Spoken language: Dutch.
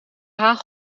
haag